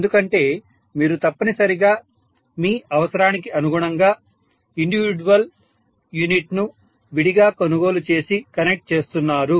ఎందుకంటే మీరు తప్పనిసరిగా మీ అవసరానికి అనుగుణంగా ఇండివిడ్యువల్ యూనిట్ను విడిగా కొనుగోలు చేసి కనెక్ట్ చేస్తున్నారు